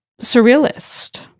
Surrealist